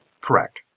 Correct